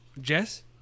Jess